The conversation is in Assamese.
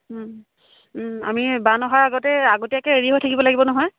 আমি বান অহাৰ আগতে আগতীয়াকৈ ৰেডি হৈ থাকিব লাগিব নহয়